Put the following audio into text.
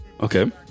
Okay